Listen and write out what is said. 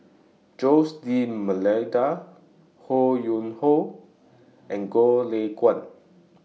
Jose D'almeida Ho Yuen Hoe and Goh Lay Kuan